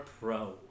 Pro